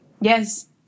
Yes